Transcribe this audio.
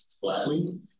flatly